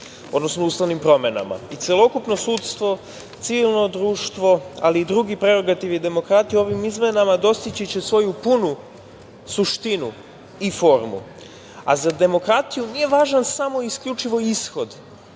odnosno ustavnim promenama i celokupno sudstvo, civilno društvo, ali i drugi prerogativi demokratije u ovim izmenama dostići će svoju punu suštinu i formu, a za demokratiju nije važan samo i isključivo ishod